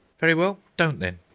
very well, don't then,